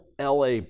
La